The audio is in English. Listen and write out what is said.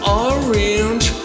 orange